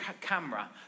camera